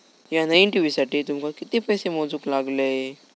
या नईन टी.व्ही साठी तुमका किती पैसे मोजूक लागले?